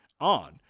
on